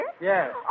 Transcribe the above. Yes